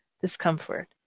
discomfort